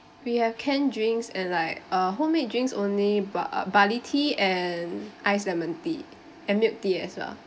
we have can drinks and like uh homemade drinks only bar~ barley and ice lemon tea and milk tea as well